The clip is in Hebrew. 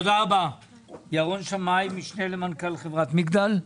ירון שמאי, משנה למנכ"ל חברת מגדל.